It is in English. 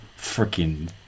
freaking